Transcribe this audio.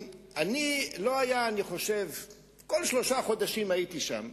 כל שלושה חודשים הייתי שם.